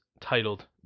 titled